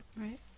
Right